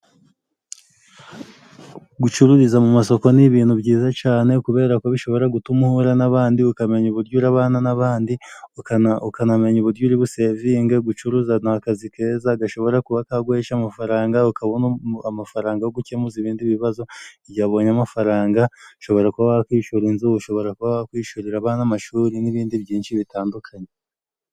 Gucururiza mu masoko ni ibintu byiza cane kubera ko bishobora gutuma uhura n'abandi ukamenya uburyo urabana n'abandi, ukanamenya uburyo uri busevinge .Gucuruza ni akazi keza gashobora kuba kaguhesha amafaranga ukabona amafaranga yo gukemuza ibindi bibazo. Igihe ubonye amafaranga ushobora kuba wakwishyura inzu ushobora kuba wakwishyurira abana amashuri n'ibindi byinshi bitandukanye.